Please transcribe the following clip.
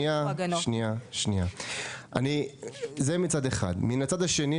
מן הצד השני,